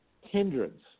hindrance